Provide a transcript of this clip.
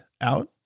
out